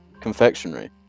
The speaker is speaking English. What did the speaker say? confectionery